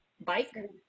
bike